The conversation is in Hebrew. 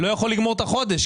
לא יכול לגמור את החודש.